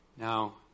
Now